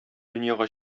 дөньяга